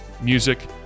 music